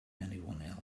anyone